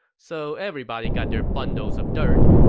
so everybody got their bundles of dirt.